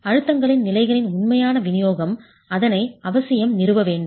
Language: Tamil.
அழுத்தங்களின் நிலைகளின் உண்மையான விநியோகம் அதனை அவசியம் நிறுவுவ வேண்டும்